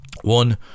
one